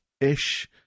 ish